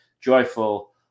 joyful